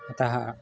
अतः